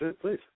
please